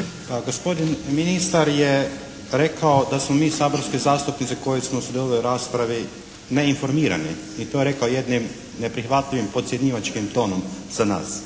(MDS)** Pa, gospodin ministar je rekao da smo mi saborski zastupnici koji smo sudjelovali u raspravi neinformirani. I to je rekao jednim neprihvatljivim, podcjenjivačkim tonom za nas.